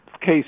case